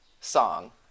song